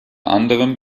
anderem